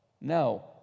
No